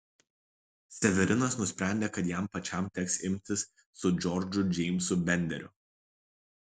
severinas nusprendė kad jam pačiam teks imtis su džordžu džeimsu benderiu